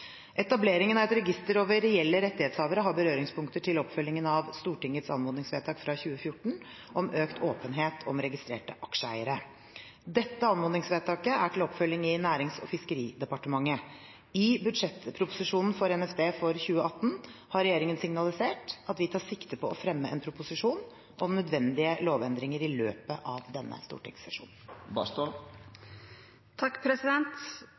Etableringen av et register over reelle rettighetshavere har berøringspunkter til oppfølgingen av Stortingets anmodningsvedtak fra 2014 om økt åpenhet om registrerte aksjeeiere. Dette anmodningsvedtaket er til oppfølging i Nærings- og fiskeridepartementet. I budsjettproposisjonen for NFD for 2018 har regjeringen signalisert at vi tar sikte på å fremme en proposisjon om nødvendige lovendringer i løpet av denne